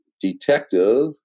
Detective